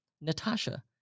Natasha